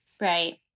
right